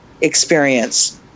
experience